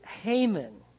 Haman